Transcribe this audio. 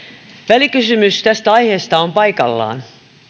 välikysymys tästä aiheesta on paikallaan